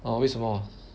orh 为什么